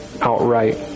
outright